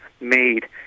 made